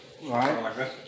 Right